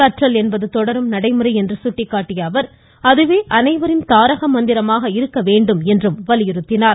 கற்றல் என்பது தொடரும் நடைமுறை என்று குட்டிக்காட்டிய அவர் அதுவே அனைவரின் தாரக மந்திரமாக இருக்க வேண்டும் என்றும் கேட்டுக்கொண்டார்